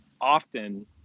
Often